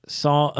saw